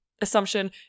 assumption